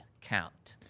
count